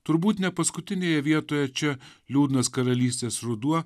turbūt ne paskutinėje vietoje čia liūdnas karalystės ruduo